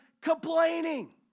complaining